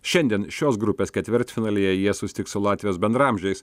šiandien šios grupės ketvirtfinalyje jie susitiks su latvijos bendraamžiais